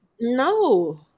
No